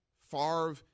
Favre